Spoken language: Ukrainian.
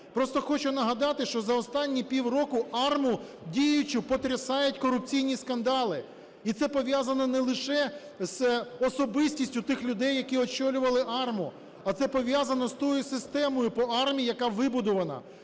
Просто хочу нагадати, що за останні півроку АРМА діючу потрясають корупційні скандали. І це пов'язано не лише з особистістю тих людей, які очолювали АРМА, а це пов'язано з тою системою по АРМА, яка вибудувана.